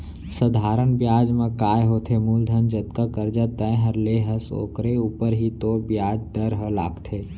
सधारन बियाज म काय होथे मूलधन जतका करजा तैंहर ले हस ओकरे ऊपर ही तोर बियाज दर ह लागथे